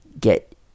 get